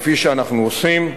כפי שאנחנו עושים: